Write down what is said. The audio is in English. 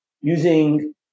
using